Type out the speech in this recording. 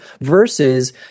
versus